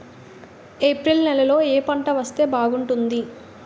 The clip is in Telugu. ఏప్రిల్ నెలలో ఏ పంట వేస్తే బాగుంటుంది?